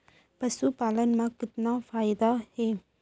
पशुपालन मा कतना फायदा हे?